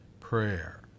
prayer